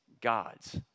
God's